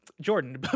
Jordan